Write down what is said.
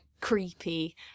creepy